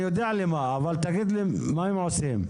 הם עושים?